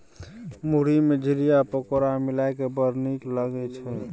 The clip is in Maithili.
मुरही मे झिलिया आ पकौड़ी मिलाकए बड़ नीक लागय छै